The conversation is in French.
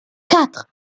quatre